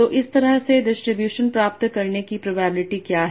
तो इस तरह से डिस्ट्रीब्यूशन प्राप्त करने की प्रोबेबिलिटी क्या है